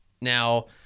Now